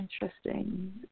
interesting